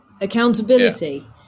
Accountability